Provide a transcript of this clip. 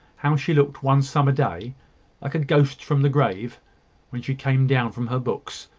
how she looked one summer day like a ghost from the grave when she came down from her books,